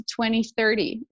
2030